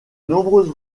nombreuses